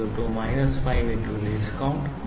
550 0